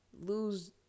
lose